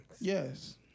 Yes